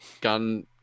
gun